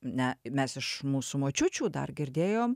ne mes iš mūsų močiučių dar girdėjom